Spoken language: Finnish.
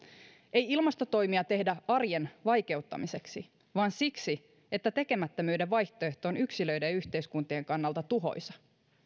ei ilmastotoimia tehdä arjen vaikeuttamiseksi vaan siksi että tekemättömyyden vaihtoehto on yksilöiden ja yhteiskuntien kannalta tuhoisa